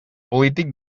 polític